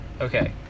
okay